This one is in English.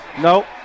No